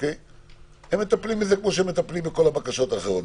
הם מטפלים בזה כפי שמטפלים בכל הבקשות האחרות.